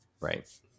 Right